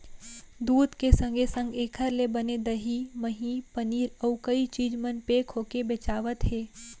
दूद के संगे संग एकर ले बने दही, मही, पनीर, अउ कई चीज मन पेक होके बेचावत हें